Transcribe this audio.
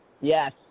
Yes